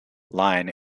line